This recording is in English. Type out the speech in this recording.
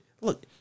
look